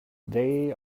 they